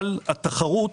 אבל התחרות